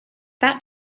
that